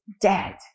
dead